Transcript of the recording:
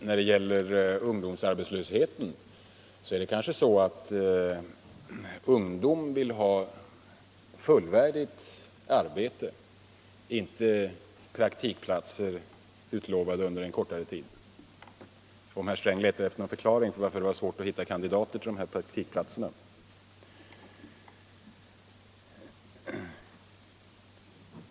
Herr talman! Det är kanske så, herr Sträng, att ungdomen vill ha fullvärdigt arbete, inte praktikplatser utlovade undei en kortare tid. Det är ett uppslag, om herr Sträng letar efter en förklaring till att det varit svårt att hitta kandidater till praktikplatserna.